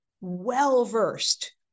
well-versed